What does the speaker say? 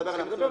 נדבר על (ג)